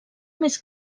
més